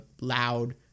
loud